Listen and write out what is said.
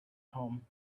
home